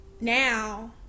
now